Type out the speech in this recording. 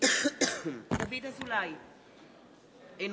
דוד אזולאי,